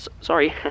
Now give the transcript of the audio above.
Sorry